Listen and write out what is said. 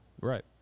right